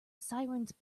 sirens